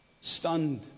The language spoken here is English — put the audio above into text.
stunned